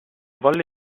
volli